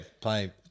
Play